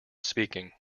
speaking